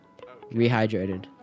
Rehydrated